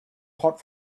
hot